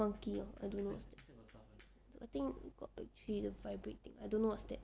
monkey or I don't know I think got battery vibrating I don't know what's that